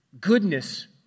goodness